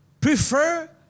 prefer